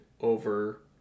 over